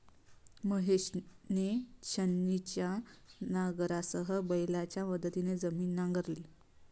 महेशने छिन्नीच्या नांगरासह बैलांच्या मदतीने जमीन नांगरली